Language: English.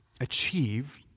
achieve